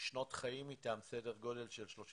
שנות חיים איתם, סדר גודל של 35